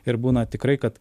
ir būna tikrai kad